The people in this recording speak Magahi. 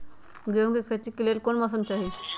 गेंहू के खेती के लेल कोन मौसम चाही अई?